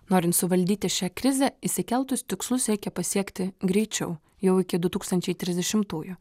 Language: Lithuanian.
norint suvaldyti šią krizę išsikeltus tikslus siekia pasiekti greičiau jau iki du tūkstančiai trisdešimtųjų